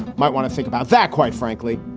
might want to think about that, quite frankly.